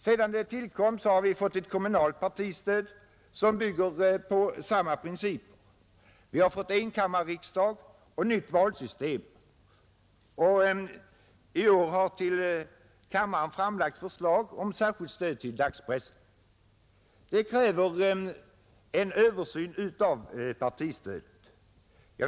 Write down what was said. Sedan systemet tillkom har vi fått ett kommunalt partistöd, som bygger på samma principer. Vi har också fått enkammarriksdag och nytt valsystem. Vidare har i år till riksdagen framlagts förslag om särskilt stöd till dagspressen. Detta kräver en översyn av partistödet.